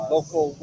Local